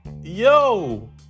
yo